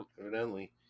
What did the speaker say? Evidently